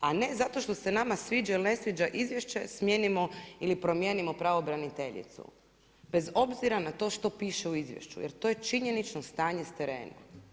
A ne, zato što se nama sviđa ili ne sviđa izvješće smijenimo ili promijenimo pravobraniteljicu bez obzira na to što piše u izvješću jer to je činjenično stanje s terena.